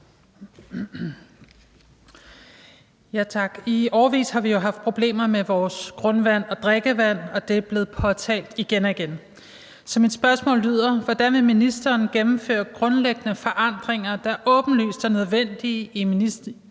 I årevis har vi jo haft problemer med vores grundvand og drikkevand, og det er blevet påtalt igen og igen. Så mit spørgsmål lyder: Hvordan vil ministeren gennemføre grundlæggende forandringer, der åbenlyst er nødvendige i ministerens